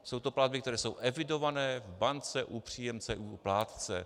Jsou to platby, které jsou evidované v bance u příjemce i u plátce.